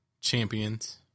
champions